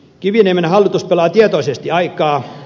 kiviniemen hallitus pelaa tietoisesti aikaa